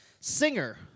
Singer